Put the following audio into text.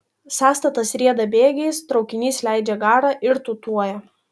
sąstatas rieda bėgiais traukinys leidžia garą ir tūtuoja